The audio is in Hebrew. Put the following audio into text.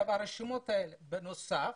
בנוסף,